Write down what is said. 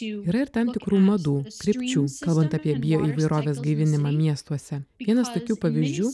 yra ir tam tikrų madų sričių kalbant apie bioįvairovės gaivinimą miestuose vienas tokių pavyzdžių